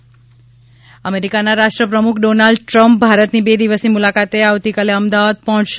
નમસ્તે ટ્રંપ અમેરિકાના રાષ્ટ્રપ્રમુખ ડોનાલ્ડ ટ્રમ્પ ભારતની બે દિવસની મુલાકાતે આવતીકાલે અમદાવાદ પહોંચશે